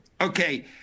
Okay